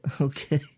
Okay